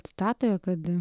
citatoje kad